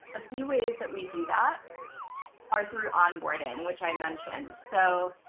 a few ways that we do that are through onboarding, which i mentioned. so